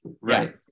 right